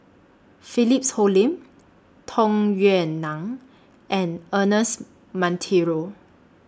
Philip Hoalim Tung Yue Nang and Ernest Monteiro